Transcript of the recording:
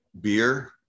beer